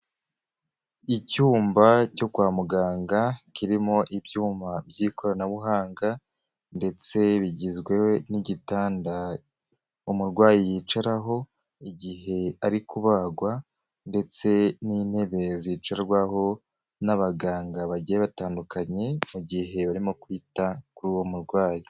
Icyumba cyo kwa muganga kirimo ibyuma by'ikoranabuhanga ndetse bigizwe n'igitanda umurwayi yicaraho igihe ari kubagwa ndetse n'intebe zicarwaho n'abaganga bagiye batandukanye mu gihe barimo kwita kuri uwo murwayi.